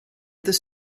this